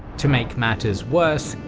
to make matters worse,